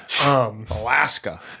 Alaska